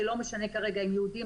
זה לא משנה כרגע אם זה יהודים,